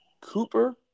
Cooper